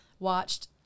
Watched